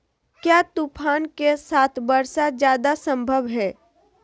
क्या तूफ़ान के साथ वर्षा जायदा संभव है?